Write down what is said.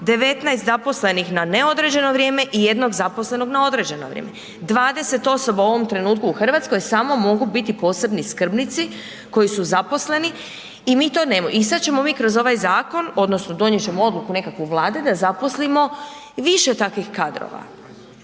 19 zaposlenih na neodređeno vrijeme i jednog zaposlenog na određeno vrijeme. 20 osoba u ovom trenutku u Hrvatskoj samo mogu biti posebni skrbnici koji su zaposleni i mi to .../Govornik se ne razumije./... i sad ćemo mi kroz zakon odnosno donijet ćemo odluku nekakvu Vladi da zaposlimo više takvih kadrova.